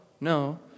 no